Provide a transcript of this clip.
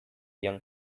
young